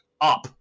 up